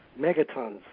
megatons